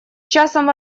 часом